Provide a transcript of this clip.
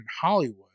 Hollywood